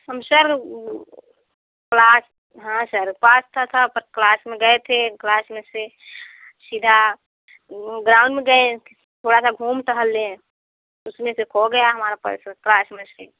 हम sir class हाॅं sir पास तो था पर क्लास में गए थे क्लास में से सीधा ग्राउंड में गए थोड़ा सा घूम टहल लिए उसमें से खो गया हमारा पर्स क्लास में से